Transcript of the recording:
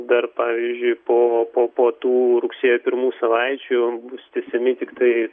dar pavyzdžiui po po po tų rugsėjo pirmų savaičių bus tęsiami tiktai